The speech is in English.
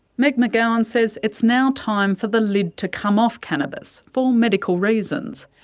meg mcgowan says it's now time for the lid to come off cannabis, for medical reasons.